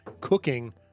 cooking